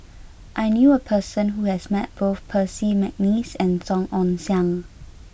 I knew a person who has met both Percy McNeice and Song Ong Siang